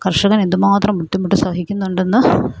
കർഷകൻ എന്തുമാത്രം ബുദ്ധിമുട്ട് സഹിക്കുന്നുണ്ടെന്ന്